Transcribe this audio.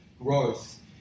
growth